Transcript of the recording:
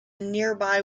nearby